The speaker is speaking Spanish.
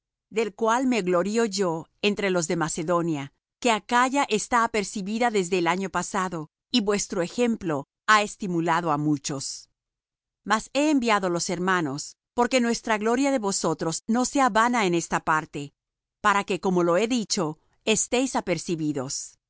del cual me glorío yo entre los de macedonia que acaya está apercibida desde el año pasado y vuestro ejemplo ha estimulado á muchos mas he enviado los hermanos porque nuestra gloria de vosotros no sea vana en esta parte para que como lo he dicho estéis apercibidos